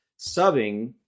subbing